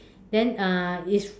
then uh is